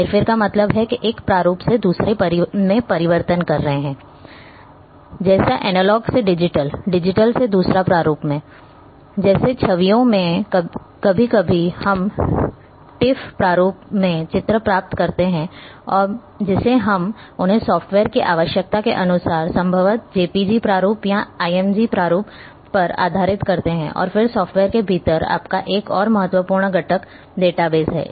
हेरफेर का मतलब है एक प्रारूप से दूसरे में परिवर्तन करना जैसे एनालॉग से डिजिटल डिजिटल से दूसरे प्रारूप में जैसे छवियों में कभी कभी हम टिफ़ प्रारूप में चित्र प्राप्त करते हैं जिसे हम उन्हें सॉफ्टवेयर की आवश्यकता के अनुसार संभवतः jpg प्रारूप या img प्रारूप पर आधारित करते हैं और फिर सॉफ्टवेयर के भीतर आपका एक और महत्वपूर्ण घटक डेटाबेस है